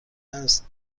است